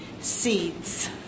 seeds